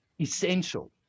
essential